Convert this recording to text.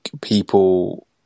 people